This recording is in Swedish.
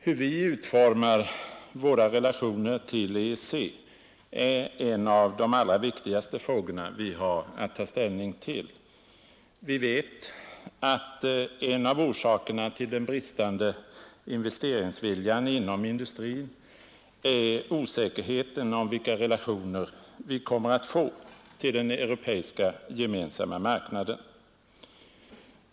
Hur vi utformar våra relationer till EEC är en av de allra viktigaste frågor vi har att ta ställning till. Vi vet att en av orsakerna till den bristande investeringsviljan inom industrin är osäkerheten om vilka relationer vi kommer att få till den europeiska gemensamma marknaden.